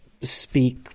speak